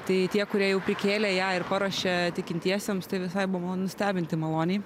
tai tie kurie jau prikėlė ją ir paruošė tikintiesiems tai visai buvo nustebinti maloniai